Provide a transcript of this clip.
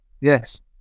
Yes